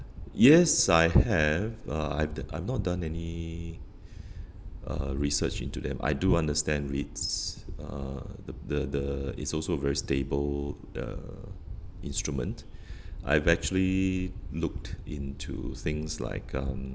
yes I have uh I've d~ I've not done any uh research into them I do understand REITs uh the the it's also very stable uh instrument I eventually looked into things like um